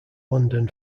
london